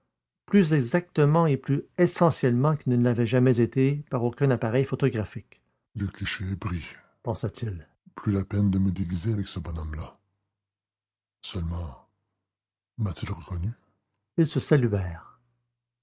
plus exactement et plus essentiellement qu'il ne l'avait jamais été par aucun appareil photographique le cliché est pris pensa-t-il plus la peine de me déguiser avec ce bonhomme-là seulement m'a-t-il reconnu ils se